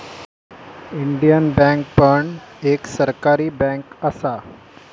Indian Bank पण एक सरकारी बँक असा